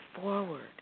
forward